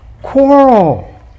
quarrel